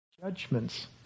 judgments